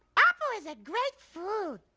apple is a great food.